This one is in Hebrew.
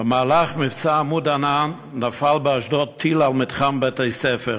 במהלך מבצע "עמוד ענן" נפל באשדוד טיל על מתחם בתי-ספר